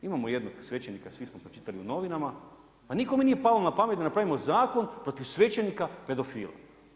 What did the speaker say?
Imamo jednog svećenika, svi smo pročitali u novinama, pa nikome nije palo na pamet da napravimo zakon protiv svećenika pedofila.